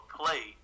play